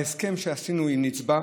בהסכם שעשינו עם נצב"א,